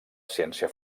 ciència